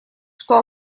что